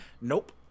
Nope